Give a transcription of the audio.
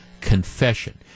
confession